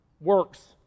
works